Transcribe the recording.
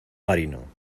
marino